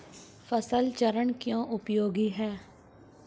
फसल चरण क्यों उपयोगी है?